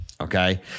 Okay